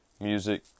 music